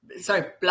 Sorry